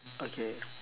okay